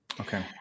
okay